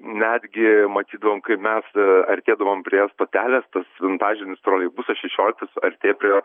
netgi matydavom kaip mes artėdavom prie stotelės tas vintažinis troleibusas šešioliktas artėjo prie jo